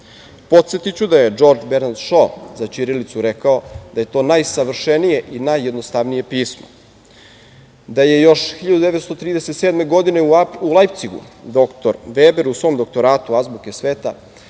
sačuvamo. Podsetiću da je Džordž Bernard Šo za ćirilicu rekao da je to najsavršenije i najjednostavnije pismo, da je još 1937. godine u Lajpcigu doktor Veber u svom doktoratu azbuke sveta